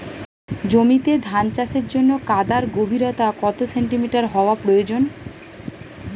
জমিতে ধান চাষের জন্য কাদার গভীরতা কত সেন্টিমিটার হওয়া প্রয়োজন?